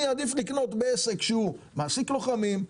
אני אעדיף לקנות בעסק שהוא מעסיק לוחמים,